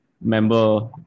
member